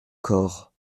corps